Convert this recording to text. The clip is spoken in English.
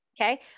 okay